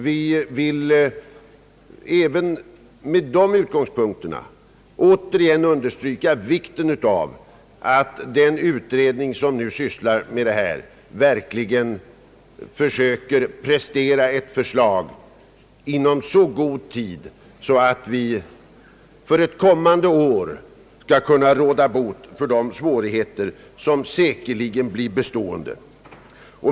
Även från dessa utgångspunkter vill vi understryka vikten av att den utredning som nu sysslar med dessa frågor verkligen försöker prestera ett förslag inom så god tid att vi under ett kommande år skall kunna råda bot på de svårigheter som säkerligen blir bestående.